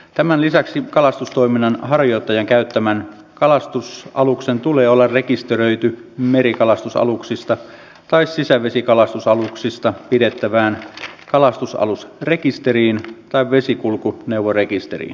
tämän lisäksi kalastustoiminnan harjoittajan käyttämän kalastusaluksen tulee olla rekisteröity merikalastusaluksista tai sisävesikalastusaluksista pidettävään kalastusalusrekisteriin tai vesikulkuneuvorekisteriin